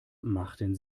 machten